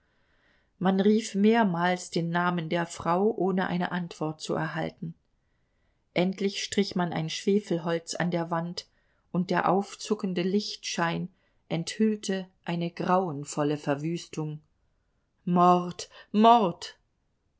man rief mehrmals den namen der frau ohne eine antwort zu erhalten endlich strich man ein schwefelholz an der wand und der aufzuckende lichtschein enthüllte eine grauenvolle verwüstung mord mord